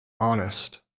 honest